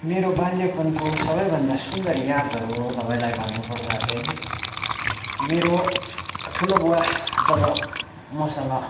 मेरो बाल्यपनको सबैभन्दा सुन्दर यादहरू तपाईँलाई भन्नु पर्दा चाहिँ मेरो ठुलो बुवा जब मसँग